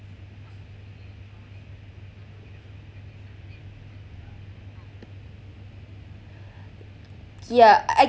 yeah I